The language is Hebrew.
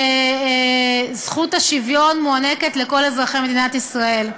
שזכות השוויון מוענקת לכל אזרחי מדינת ישראל.